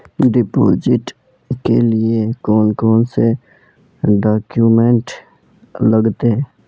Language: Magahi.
डिपोजिट के लिए कौन कौन से डॉक्यूमेंट लगते?